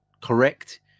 correct